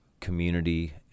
community